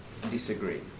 disagree